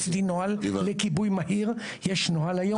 עשינו נוהל לכיבוי מהיר, יש נוהל היום.